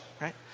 right